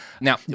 Now